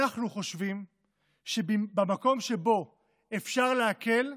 אנחנו חושבים שבמקום שבו אפשר להקל,